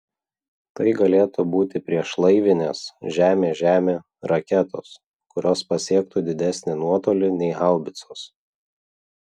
tai galėtų būti priešlaivinės žemė žemė raketos kurios pasiektų didesnį nuotolį nei haubicos